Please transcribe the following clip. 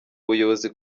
ubuyobozi